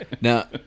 Now